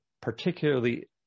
particularly